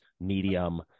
medium